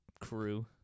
crew